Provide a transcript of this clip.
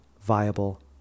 Viable